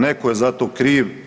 Netko je za to kriv.